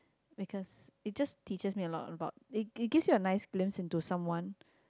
because it just teaches me a lot about it it gives you a nice glance into someone